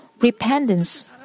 repentance